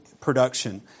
production